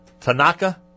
Tanaka